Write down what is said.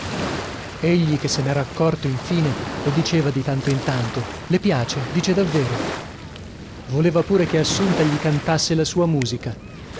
egli che se nera accorto infine le diceva di tanto in tanto le piace dice davvero voleva pure che assunta gli cantasse la sua musica